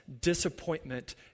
disappointment